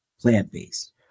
plant-based